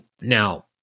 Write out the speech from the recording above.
now